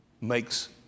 makes